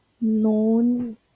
known